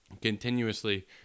continuously